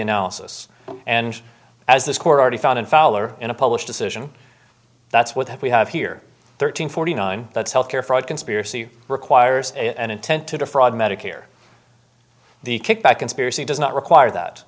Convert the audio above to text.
analysis and as this court already found in fall or in a published decision that's what that we have here thirteen forty nine that's healthcare fraud conspiracy requires an intent to defraud medicare the kickback conspiracy does not require that